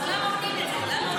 אז למה עונים את זה?